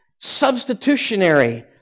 substitutionary